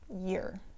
year